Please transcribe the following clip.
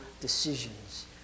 decisions